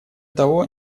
того